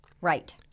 Right